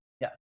yes